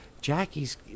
Jackie's